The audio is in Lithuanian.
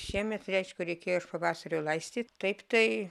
šiemet reiškia reikėjo iš pavasario laistyt taip tai